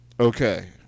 Okay